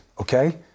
okay